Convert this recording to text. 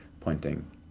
pointing